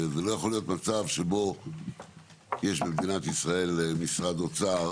זה לא יכול להיות מצב שבו יש במדינת ישראל משרד אוצר